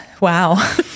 wow